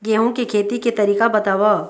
गेहूं के खेती के तरीका बताव?